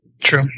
True